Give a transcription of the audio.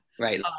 Right